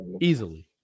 easily